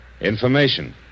Information